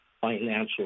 financial